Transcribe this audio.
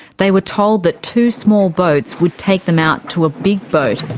they were told that two small boats would take them out to a big boat,